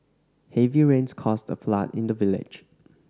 heavy rains caused a flood in the village